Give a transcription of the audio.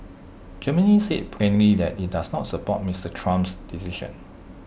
Germany said plainly that IT does not support Mister Trump's decision